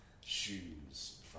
shoes